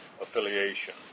affiliation